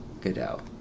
goodell